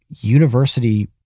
university